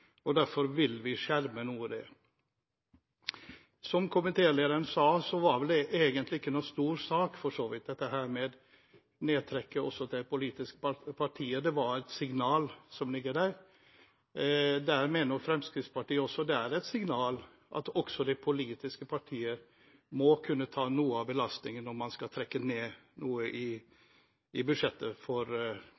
og derfor vil vi skjerme det noe. Som komitélederen sa, var det vel for så vidt ikke noen stor sak dette med nedtrekket også til politiske partier. Det er et signal som ligger der. Også Fremskrittspartiet mener at det er et signal at også de politiske partier må kunne ta noe av belastningen når man skal trekke ned noe i